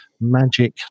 magic